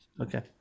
Okay